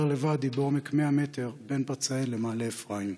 לוואדי בעומק 100 מטר בין פצאל למעלה אפרים.